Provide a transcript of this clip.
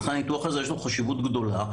לכן לניתוח הזה יש חשיבות גדולה.